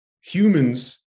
humans